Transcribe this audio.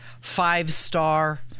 five-star